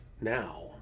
now